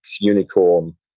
unicorn